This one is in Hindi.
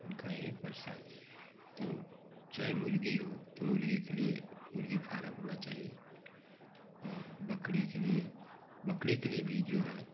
उनकी यही परेशानी है तो चाहे मुर्ग़ी हो तो मुर्ग़ी के लिए मुर्ग़ी फारम होना चाहिए और बकरी के लिए बकड़ी के लिए भी जो है